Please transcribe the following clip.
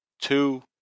two